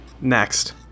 Next